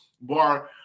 Bar